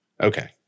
Okay